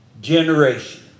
generation